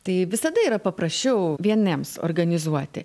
tai visada yra paprasčiau vieniems organizuoti